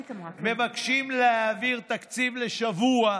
מבקשים להעביר תקציב לשבוע,